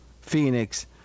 Phoenix